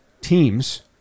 teams